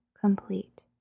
complete